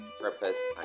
Purpose